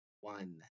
one